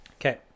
Okay